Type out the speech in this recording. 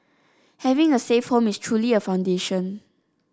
having a safe home is truly a foundation